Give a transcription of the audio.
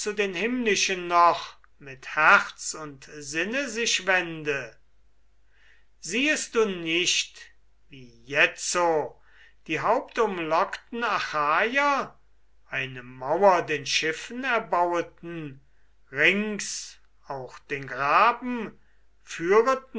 den himmlischen noch mit herz und sinne sich wende siehest du nicht wie jetzo die hauptumlockten achaier eine mauer den schiffen erbaueten rings auch den graben